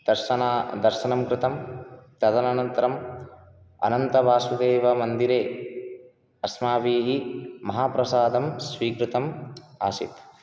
दर्शना दर्शनं कृतं तदनन्तरम् अनन्तवासुदेवमन्दिरे अस्माभिः महाप्रसादं स्वीकृतम् आसीत्